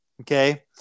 okay